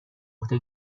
عهده